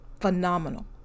phenomenal